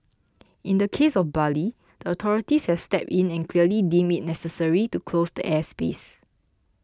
in the case of Bali the authorities have stepped in and clearly deemed it necessary to close the airspace